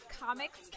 comics